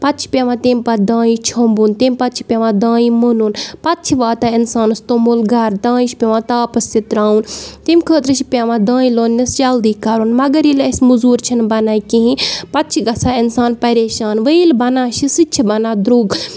پَتہٕ چھِ پٮ۪وان تَمہِ پَتہٕ دانہِ چھۄمبُن تَمہِ پَتہٕ چھِ پٮ۪وان دانہِ مُنُن پَتہٕ چھِ واتان اِنسانَس توٚمُل گَرٕ دانہِ چھِ پٮ۪وان تاپَس تہِ ترٛاوُن تَمہِ خٲطرٕ چھِ پٮ۪وان دانہِ لوننَس جلدی کَرُن مگر ییٚلہِ اَسہِ مٔزوٗر چھِنہٕ بَنان کِہیٖنۍ پَتہٕ چھِ گژھان اِنسان پریشان وَ ییٚلہِ بَنان چھِ سُہ تہِ بَنان درٛوٚگ